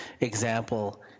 example